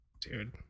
Dude